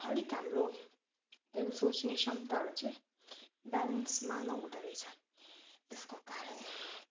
अलिक हाम्रो त्यो सोच्ने क्षमताहरू चाहिँ ब्यालेन्समा नहुँदो रहेछ त्यसको कारण